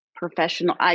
professional